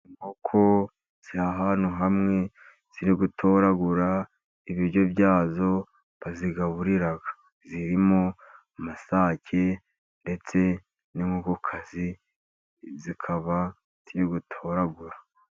Inkoko ziri ahantu hamwe ziri gutoragura ibiryo byazo bazigaburira, zirimo amasake ndetse n'inkokokazi zikaba, ziri gutoragura.